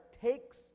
takes